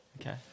Okay